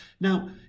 Now